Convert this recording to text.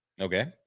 Okay